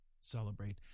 celebrate